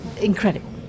incredible